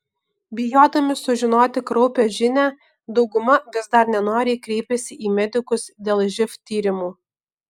bijodami sužinoti kraupią žinią dauguma vis dar nenoriai kreipiasi į medikus dėl živ tyrimų